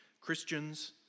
Christians